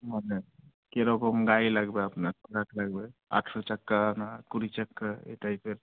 মানে কীরকম গাড়ি লাগবে আপনার ট্রাক লাগবে আঠেরো চাকা আপনার কুড়ি চাকা এই টাইপের